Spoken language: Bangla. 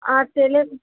তাহলে